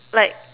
like